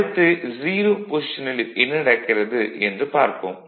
அடுத்து 0 பொஷிசனில் என்ன நடக்கிறது என்று பார்ப்போம்